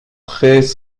très